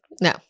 No